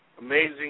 amazing